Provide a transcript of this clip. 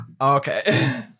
Okay